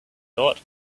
thought